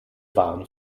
waren